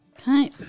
Okay